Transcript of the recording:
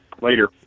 Later